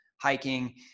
hiking